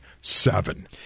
Seven